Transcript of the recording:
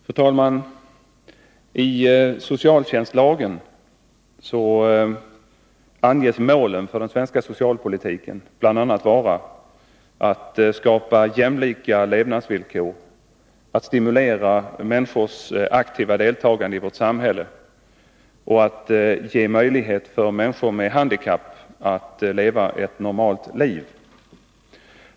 Fru talman! I socialtjänstlagen anges målen för den svenska socialpolitiken bl.a. vara att skapa jämlika levnadsvillkor, stimulera människors aktiva deltagande i vårt samhälle och att ge möjlighet för människor med handikapp att leva ett normalt liv.